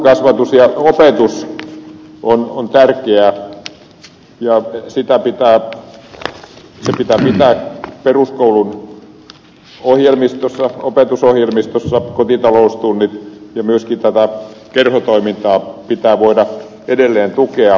ruokakasvatus ja opetus on tärkeää ja kotitaloustunnit pitää pitää peruskoulun opetusohjelmistossa ja myöskin tätä kerhotoimintaa pitää voida edelleen tukea